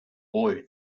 boy